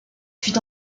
fut